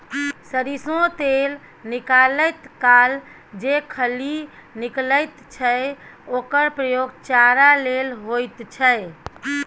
सरिसों तेल निकालैत काल जे खली निकलैत छै ओकर प्रयोग चारा लेल होइत छै